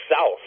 south